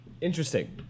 Interesting